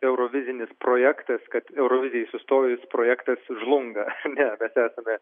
eurovizinis projektas kad eurovizijai sustojus projektas žlunga ne mes esame